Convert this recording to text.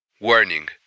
Warning